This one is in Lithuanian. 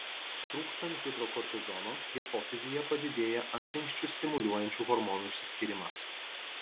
trūkstant hidrokortizono hipofizyje padidėja antinksčius stimuliuojančių hormonų išsiskyrimas